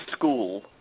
School